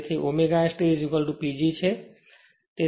તેથી ω S T PG છે